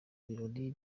ibirori